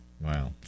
Wow